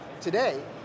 today